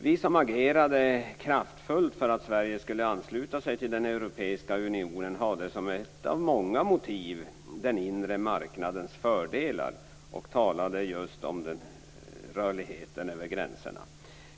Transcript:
Vi som agerade kraftfullt för att Sverige skulle ansluta sig till den europeiska unionen hade som ett av många motiv den inre marknadens fördelar och talade just om rörligheten över gränserna.